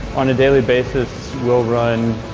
on a daily basis, we'll run